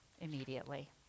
immediately